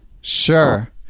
Sure